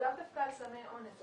ולאו דווקא על סמי אונס,